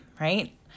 right